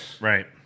Right